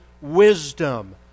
wisdom